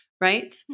right